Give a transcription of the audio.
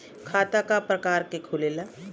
खाता क प्रकार के खुलेला?